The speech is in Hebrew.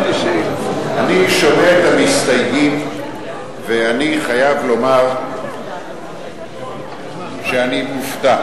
אני שומע את המסתייגים ואני חייב לומר שאני מופתע.